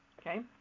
Okay